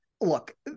look